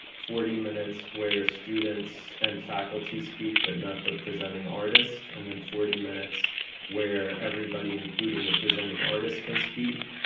forty minutes where students and faculty speak, but not the presenting artists. and then forty minutes where everybody, including the presenting artists, can speak.